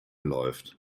läuft